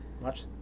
Watch